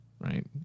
right